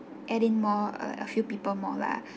add in more err a few people more lah